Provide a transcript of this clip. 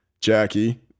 Jackie